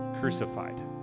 crucified